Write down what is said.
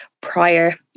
prior